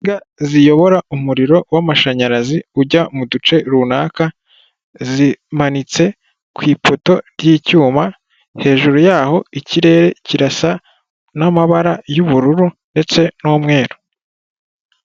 Insinga ziyobora umuriro w'amashanyarazi ujya mu duce runaka, zimanitse ku ipoto ry'icyuma, hejuru yaho ikirere kirasa n'amabara y'ubururu ndetse n'umweru.